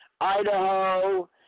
Idaho